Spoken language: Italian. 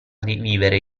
rivivere